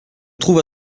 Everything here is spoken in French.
trouve